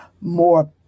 more